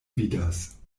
vidas